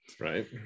Right